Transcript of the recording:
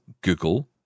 Google